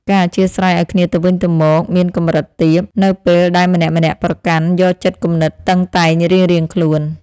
ការអធ្យាស្រ័យឱ្យគ្នាទៅវិញទៅមកមានកម្រិតទាបនៅពេលដែលម្នាក់ៗប្រកាន់យកចិត្តគំនិតតឹងតែងរៀងៗខ្លួន។